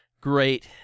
Great